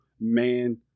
man